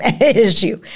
issue